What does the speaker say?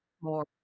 more